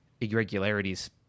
irregularities